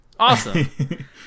awesome